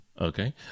Okay